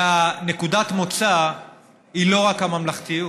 נקודת המוצא היא לא רק הממלכתיות.